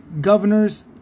governors